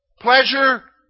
Pleasure